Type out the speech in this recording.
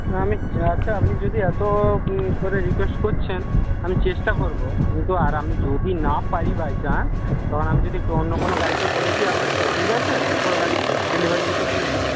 না আমি আচ্ছা আপনি যদি এত করে রিকোয়েস্ট করছেন আমি চেষ্টা করবো কিন্তু আর আমি যদি না পারি বাই চান্স তখন আমি যদি একটু অন্য কোনও গাড়িকে বলে দিই আপনার কি অসুবিধা আছে অন্য কোনও গাড়িকে ডেলিভারি দিতে বলে দিই